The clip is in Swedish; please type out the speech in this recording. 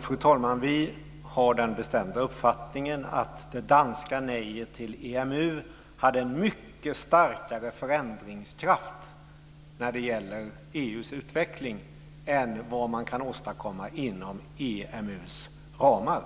Fru talman! Vi har den bestämda uppfattningen att det danska nejet till EMU hade en mycket starkare förändringskraft när det gäller EU:s utveckling än vad man kan åstadkomma inom EMU:s ramar.